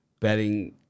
betting